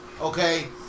Okay